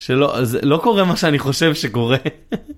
שלא... זה... לא קורה מה שאני חושב שקורה.